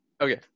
Okay